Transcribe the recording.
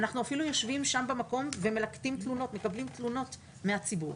אנחנו אפילו יושבים שם במקום ומלקטים ומקבלים תלונות ציבור.